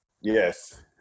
Yes